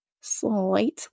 slightly